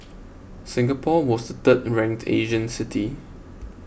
Singapore was third ranked Asian city